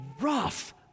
rough